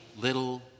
little